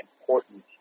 important